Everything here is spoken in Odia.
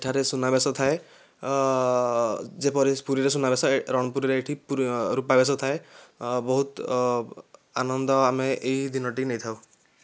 ଏଠାରେ ସୁନାବେଶ ଥାଏ ଯେପରି ପୁରୀରେ ସୁନାବେଶ ରଣପୁରରେ ଏଠି ରୂପାବେଶ ଥାଏ ବହୁତ ଆନନ୍ଦ ଆମେ ଏହି ଦିନଟି ନେଇଥାଉ